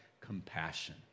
compassion